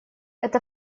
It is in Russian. эта